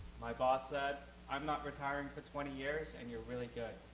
my boss said, i'm not retiring for twenty years and you're really good.